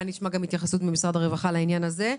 אולי נשמע התייחסות ממשרד הרווחה גם לעניין הזה.